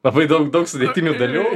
labai daug daug sudėtinių dalių